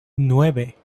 nueve